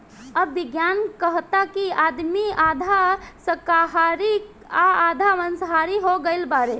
अब विज्ञान कहता कि आदमी आधा शाकाहारी आ आधा माँसाहारी हो गईल बाड़े